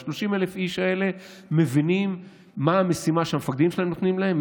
וה-30,000 איש האלה מבינים מה המשימה שהמפקדים שלהם נותנים להם,